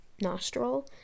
nostril